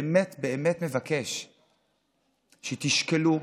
באמת באמת מבקש, שתשקלו,